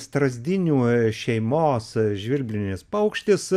strazdinių šeimos žvirblinis paukštis